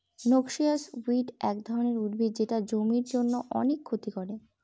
noxious weed এক ধরনের উদ্ভিদ যেটা জমির জন্য অনেক ক্ষতি করে